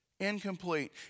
incomplete